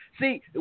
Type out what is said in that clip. See